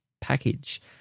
package